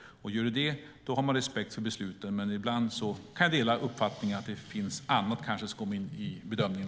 Görs det på det sättet har man respekt för besluten. Men ibland kan jag dela uppfattningen att det kanske finns annat som kommer in i bedömningen.